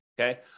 okay